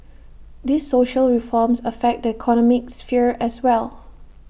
these social reforms affect the economic sphere as well